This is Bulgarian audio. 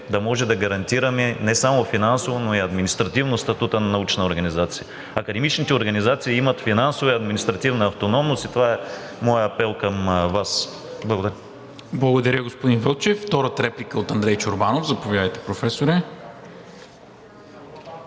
да може да гарантираме не само финансово, но и административно статута на научна организация. Академичните организации имат финансова и административна автономност и това е моят апел към Вас. Благодаря. ПРЕДСЕДАТЕЛ НИКОЛА МИНЧЕВ: Благодаря, господин Вълчев. Втора реплика – Андрей Чорбанов, заповядайте, Професоре.